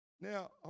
Now